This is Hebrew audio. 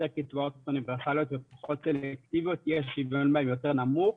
קצבאות אוניברסליות יש שוויון יותר נמוך,